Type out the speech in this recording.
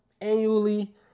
annually